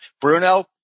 Bruno